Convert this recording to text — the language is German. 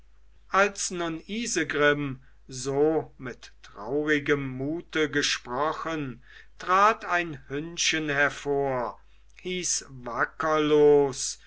als nun isegrim so mit traurigem mute gesprochen trat ein hündchen hervor hieß wackerlos